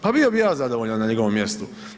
Pa bio bi i ja zadovoljan na njegovom mjestu.